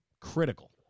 Critical